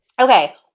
Okay